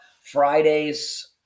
Fridays